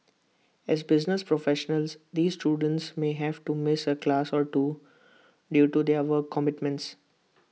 as business professionals these students may have to miss A class or two due to their work commitments